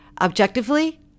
Objectively